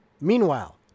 Meanwhile